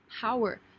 power